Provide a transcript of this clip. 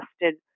trusted